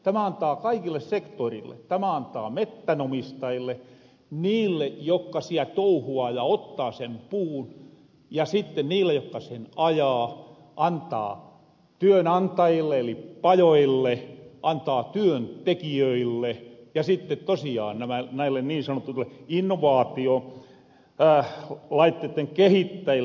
tämä antaa kaikille sektoreille tämä antaa mettän omistajille niille jokka siel touhuaa ja ottaa sen puun ja sitten niille jokka sen ajaa antaa työnantajille eli pajoille antaa työntekijöille ja sitten tosiaan näille niin sanotuille innovaatiolaitteitten kehittäjille